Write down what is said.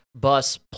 bus